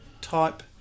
type